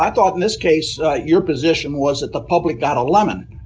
thought in this case your position was that the public got a lemon